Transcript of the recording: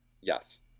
Yes